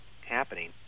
happening